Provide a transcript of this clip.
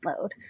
load